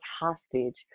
hostage